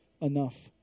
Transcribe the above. enough